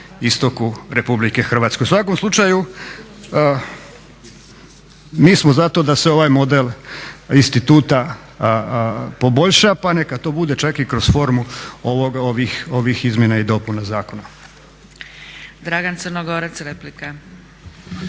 istoku RH. U svakom slučaju mi smo zato da se ovaj model instituta poboljša pa neka to bude čak i kroz formu ovih izmjena i dopuna zakona. **Zgrebec, Dragica